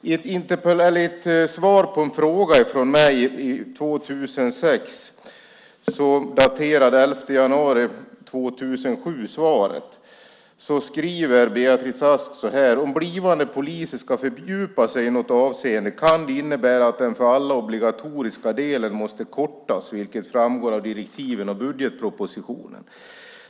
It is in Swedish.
I ett svar på en fråga från mig år 2006, med ett svar daterat den 11 januari 2007, skriver Beatrice Ask att om blivande poliser ska fördjupa sig i något avseende kan det innebära att den för alla obligatoriska delen måste kortas, vilket framgår av direktiven och budgetpropositionen.